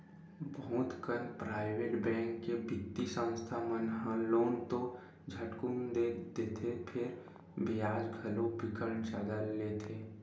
बहुत कन private bank के बित्तीय संस्था मन ह लोन तो झटकुन दे देथे फेर बियाज घलो बिकट जादा लेथे